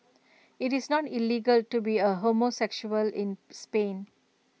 IT is not illegal to be A homosexual in Spain